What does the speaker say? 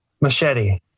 Machete